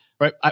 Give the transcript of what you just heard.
right